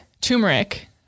turmeric